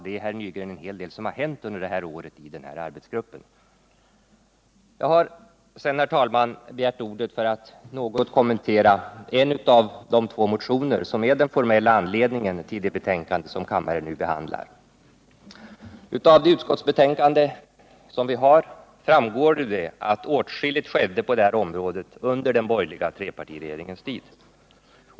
Det är en hel del, herr Nygren, som har hänt under året från denna styrgruppps sida. Jag har eljest, herr talman, begärt ordet för att något kommentera en av de två motioner som är den formella anledningen till det betänkande som kammaren nu behandlar. Av detta utskottsbetänkande framgår att åtskilligt skedde på detta område under den borgerliga trepartiregeringens tid.